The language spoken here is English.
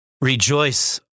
Rejoice